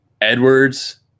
edwards